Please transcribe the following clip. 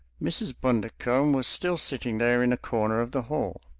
mrs. bundercombe was still sitting there in a corner of the hall.